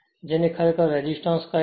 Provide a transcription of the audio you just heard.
જેને ખરેખર રેસિસ્ટન્સ કહે છે